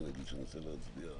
אנחנו נצטרך כמובן